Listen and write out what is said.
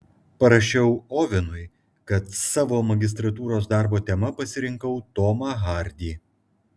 parašiau ovenui kad savo magistrantūros darbo tema pasirinkau tomą hardį